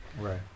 right